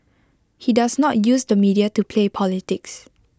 he does not use the media to play politics